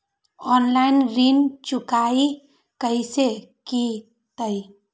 Online ऋण चुकाई कईसे की ञाई?